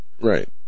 Right